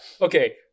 okay